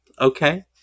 okay